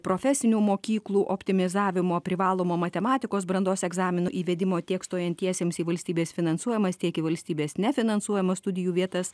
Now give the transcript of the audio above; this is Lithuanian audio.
profesinių mokyklų optimizavimo privalomo matematikos brandos egzamino įvedimo tiek stojantiesiems į valstybės finansuojamas tiek į valstybės nefinansuojamas studijų vietas